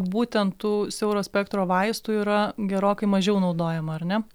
būtent tų siauro spektro vaistų yra gerokai mažiau naudojama ar ne